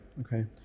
Okay